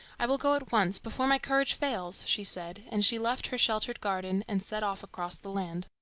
i will go at once, before my courage fails, she said, and she left her sheltered garden and set off across the land.